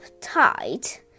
tight